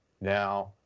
Now